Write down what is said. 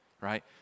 right